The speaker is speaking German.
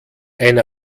ein